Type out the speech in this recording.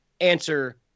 answer